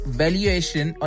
valuation